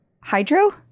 Hydro